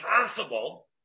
impossible